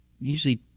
usually